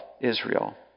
Israel